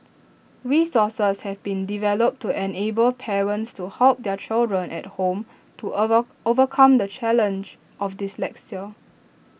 resources have been developed to enable parents to help their children at home to over overcome the challenge of dyslexia